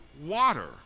water